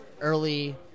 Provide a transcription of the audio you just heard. early